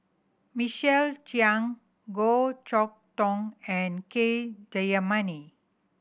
Michael Chiang Goh Chok Tong and K Jayamani